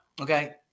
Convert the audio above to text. okay